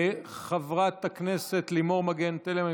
חברת הכנסת לימור מגן תלם,